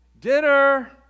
Dinner